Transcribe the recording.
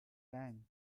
rang